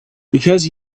because